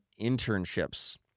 internships